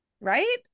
Right